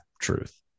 truth